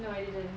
no I didn't